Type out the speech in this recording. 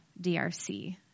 DRC